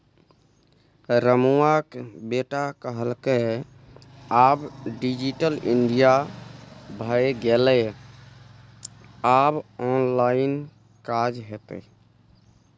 रमुआक बेटा कहलकै आब डिजिटल इंडिया भए गेलै आब ऑनलाइन काज हेतै